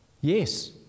Yes